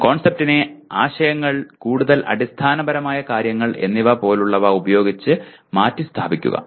കോൺസെപ്റ്റിനെ ആശയങ്ങൾ കൂടുതൽ അടിസ്ഥാനപരമായ കാര്യങ്ങൾ എന്നിവ പോലുള്ളവ ഉപയോഗിച്ച് മാറ്റിസ്ഥാപിക്കുക